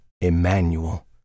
Emmanuel